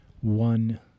one